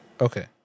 Okay